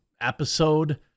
episode